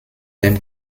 dem